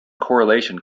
correlation